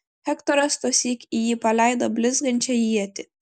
hektoras tuosyk į jį paleido blizgančią ietį